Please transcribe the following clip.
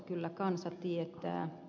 kyllä kansa tietää